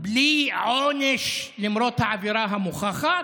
בלי עונש, למרות העבירה המוכחת,